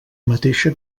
mateixa